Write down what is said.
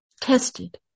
tested